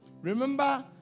Remember